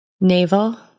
Navel